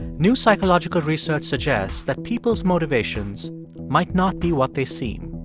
new psychological research suggests that people's motivations might not be what they seem.